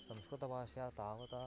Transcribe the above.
संस्कृतभाषायां तावता